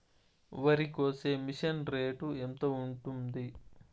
వరికోసే machine rate ఎంత ఉంటుంది?